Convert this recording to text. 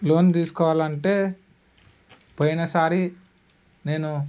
loan తీసుకోవాలంటే పోయినసారి నేను